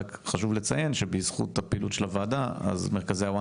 רק חשוב לציין שבזכות הפעילות של הועדה מרכזי ה-ONE